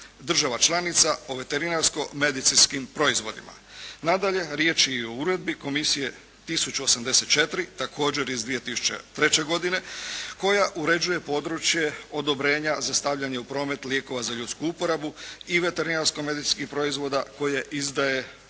država članica o veterinarsko-medicinskim proizvodima. Nadalje, riječ je i o uredbi Komisije 1084 također iz 2003. godine koja uređuje područje odobrenja za stavljanje u promet lijekova za ljudsku uporabu i veterinarsko-medicinskih proizvoda koje izdaje